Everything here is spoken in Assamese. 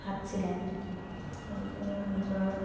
হাত চিলাই তেওঁলোকে নিজৰ